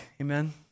Amen